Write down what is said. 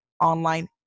online